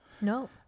no